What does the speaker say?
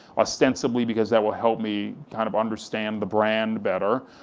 ostensibly because that will help me kind of understand the brand better,